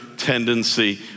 tendency